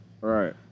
Right